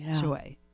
joy